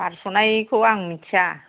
बारस'नायखौ आं मिनथिया